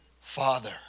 father